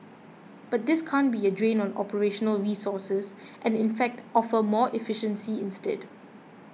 but this can't be a drain on operational resources and in fact offer more efficiency instead